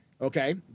okay